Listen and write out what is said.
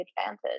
advantage